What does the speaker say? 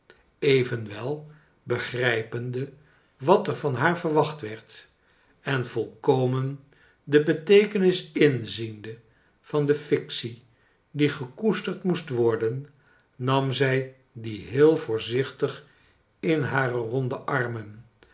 evenwel begrijpende wat er van haar verwacht werd en volkomen de beteekenis inziende van de fictie die gekoesterd moest worden nam zij die heel voorzichtig in haar ronde armen